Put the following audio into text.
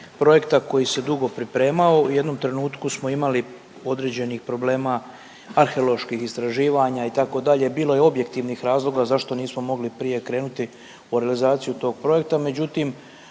projekta koji se dugo pripremao, u jednom trenutku smo imali određenih problema, arheoloških istraživanja, itd., bilo je objektivnih razloga zašto nismo mogli prije krenuti u realizaciju tog projekta,